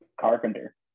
Carpenter